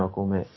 come